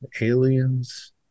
aliens